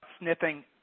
sniffing